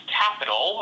capital